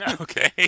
Okay